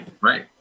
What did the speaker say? right